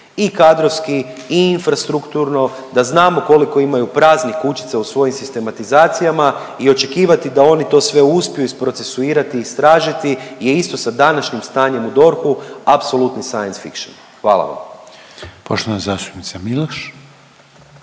I kadrovski i infrastrukturno, da znamo koliko imaju praznih kućica u svojim sistematizacijama i očekivati da oni to sve uspiju isprocesuirati i istražiti je isto, sa današnjim stanjem u DORH-u, apsolutni SF. Hvala vam. **Reiner, Željko